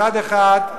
מצד אחד,